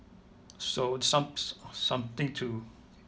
so some s~ something to